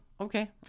okay